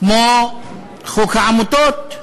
כמו חוק העמותות,